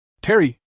Terry